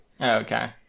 okay